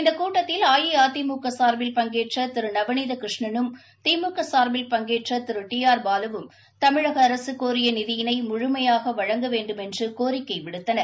இந்த கூட்டத்தில் அஇஅதிமுக சாா்பில் பங்கேற்ற திரு நவநீதகிருஷ்ணனும் திமுக ச ்பில் பங்கேற்ற திரு டி ஆர் பாலுவும் தமிழக அரசு கோரிய நிதியினை முழுமையாக வழங்க வேண்டுமென்று கோரிக்கை விடுத்தனர்